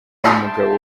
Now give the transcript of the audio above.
n’umugabo